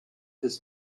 his